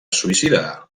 suïcidar